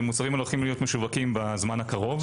והמוצרים האלה הולכים להיות משווקים בזמן הקרוב.